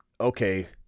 okay